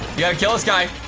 yeah kill this guy.